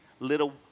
Little